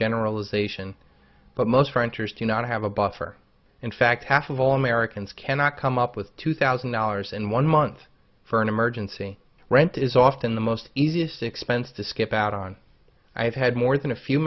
generalization but most renters do not have a buffer in fact half of all americans cannot come up with two thousand dollars in one month for an emergency rent is often the most easiest expense to skip out on i have had more than a few